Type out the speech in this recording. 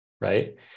Right